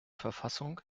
verfassung